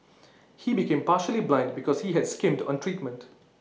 he became partially blind because he had skimmed on treatment